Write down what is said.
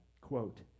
quote